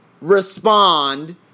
respond